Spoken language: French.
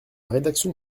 rédaction